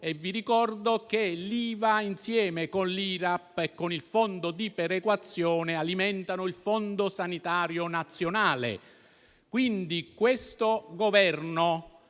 Vi ricordo che l'IVA, insieme con l'IRAP e con il fondo di perequazione, alimentano il Fondo sanitario nazionale. Questo Governo